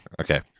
Okay